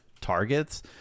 targets